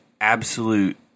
absolute